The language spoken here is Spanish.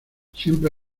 siempre